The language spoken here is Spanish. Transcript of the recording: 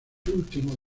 último